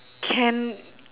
can